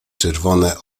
czerwone